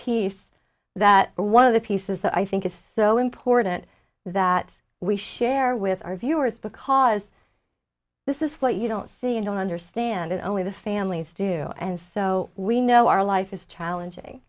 piece that one of the pieces that i think is so important that we share with our viewers because this is what you don't see and don't understand it only the families do and so we know our life is challenging